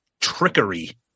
trickery